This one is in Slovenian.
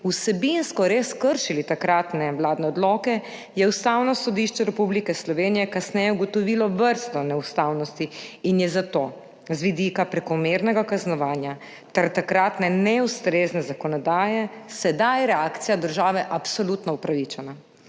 vsebinsko res kršili takratne vladne odloke, je Ustavno sodišče Republike Slovenije kasneje ugotovilo vrsto neustavnosti in je zato z vidika prekomernega kaznovanja ter takratne neustrezne zakonodaje sedaj reakcija države absolutno upravičena.